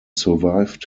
survived